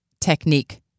technique